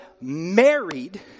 married